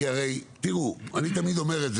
אני תמיד אומר,